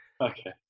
okay